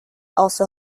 also